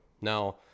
Now